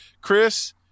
chris